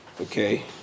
Okay